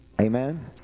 amen